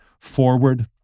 forward